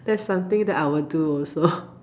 that's something that I will do also